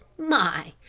my,